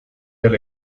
del